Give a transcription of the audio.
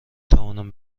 توانند